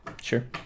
sure